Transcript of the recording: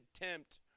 tempt